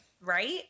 right